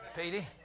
Petey